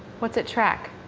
what's it track?